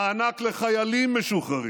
מענק לחיילים משוחררים,